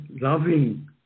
loving